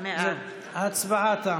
ההצבעה תמה.